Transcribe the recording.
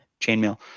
chainmail